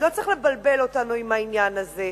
אז לא צריך לבלבל אותנו עם העניין הזה.